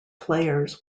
players